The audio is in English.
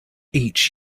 each